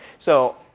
so